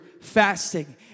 fasting